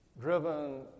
driven